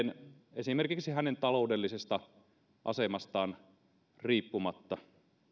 esimerkiksi taloudellisesta asemasta riippumatta